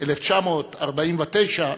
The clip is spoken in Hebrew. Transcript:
1949,